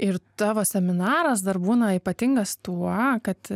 ir tavo seminaras dar būna ypatingas tuo kad